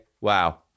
wow